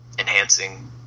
enhancing